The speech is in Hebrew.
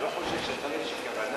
אני לא חושב שהיתה לה איזושהי כוונה,